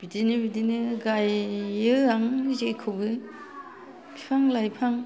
बिदिनो बिदिनो गायो आं जेखौबो बिफां लाइफां